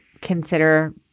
consider